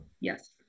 yes